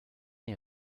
est